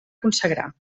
consagrar